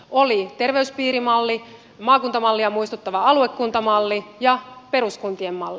oli terveyspiirimalli maakuntamallia muistuttava aluekuntamalli ja peruskuntien malli